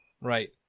Right